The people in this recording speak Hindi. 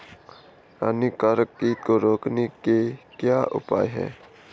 हानिकारक कीट को रोकने के क्या उपाय हैं?